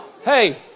Hey